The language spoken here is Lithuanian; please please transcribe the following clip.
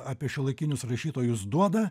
apie šiuolaikinius rašytojus duoda